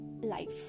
life